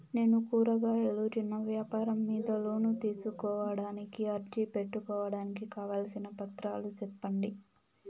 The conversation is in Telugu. నేను కూరగాయలు చిన్న వ్యాపారం మీద లోను తీసుకోడానికి అర్జీ పెట్టుకోవడానికి కావాల్సిన పత్రాలు సెప్పండి?